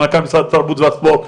מנכ"ל משרד התרבות והספורט,